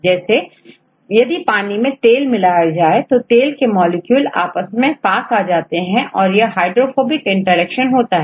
जैसे यदि पानी में तेल मिलाया जाए तो तेल के मॉलिक्यूल आपस में पास आ जाते हैं यह हाइड्रोफोबिक इंटरेक्शन होता है